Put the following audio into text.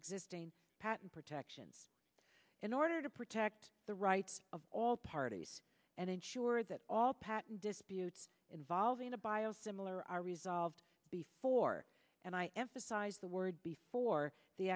existing patent protections in order to protect the rights of all parties and ensure that all patent disputes involving a bio similar are resolved before and i emphasize the word before the